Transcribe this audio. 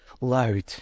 loud